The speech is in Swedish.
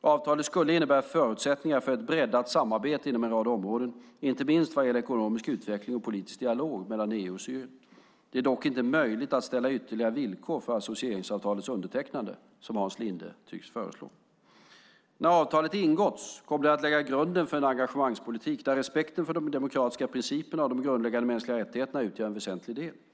Avtalet skulle innebära förutsättningar för ett breddat samarbete inom en rad områden, inte minst vad gäller ekonomisk utveckling och politisk dialog mellan EU och Syrien. Det är dock inte möjligt att ställa ytterligare villkor före associeringsavtalets undertecknande, som Hans Linde tycks föreslå. När avtalet ingåtts kommer det att lägga grunden för en engagemangspolitik, där respekten för de demokratiska principerna och de grundläggande mänskliga rättigheterna utgör en väsentlig del.